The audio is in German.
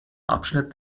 abschnitt